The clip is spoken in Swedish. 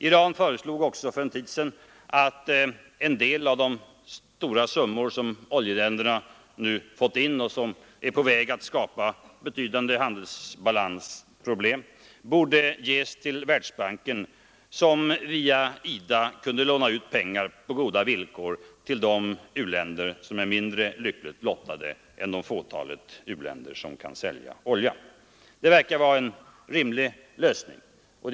Iran föreslog också för en tid sedan att en del av de stora summor som oljeländerna nu får in och som är på väg att skapa betydande handelsbalansproblem borde ges till Världsbanken, som via IDA kunde låna ut dessa pengar på goda villkor till de u-länder som är mindre lyckligt lottade än det fåtal som kan sälja olja. Det verkar vara en rimlig lösning.